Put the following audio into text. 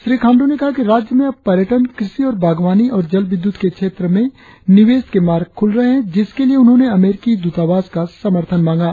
श्री खांडू ने कहा कि राज्य में अब पर्यटन कृषि और बागवानी और जल विद्युत के क्षेत्र में निवेश के मार्ग खुल रहे हैं जिसके लिए उन्होंने अमरीकी दूतवास का समर्थन मांगा